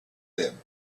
them